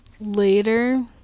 later